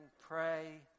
pray